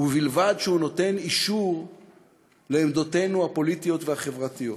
ובלבד שהוא נותן אישור לעמדותינו הפוליטיות והחברתיות.